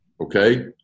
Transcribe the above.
okay